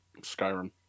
Skyrim